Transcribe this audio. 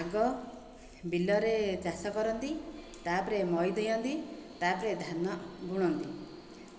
ଆଗ ବିଲରେ ଚାଷ କରନ୍ତି ତା'ପରେ ମଇ ଦିଅନ୍ତି ତା'ପରେ ଧାନ ବୁଣନ୍ତି